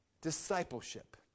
discipleship